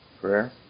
Prayer